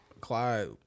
Clyde